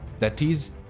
that is,